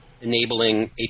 enabling